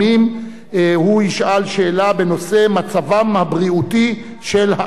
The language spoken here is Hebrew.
הוא ישאל שאלה בנושא: מצבם הבריאותי של העצורים.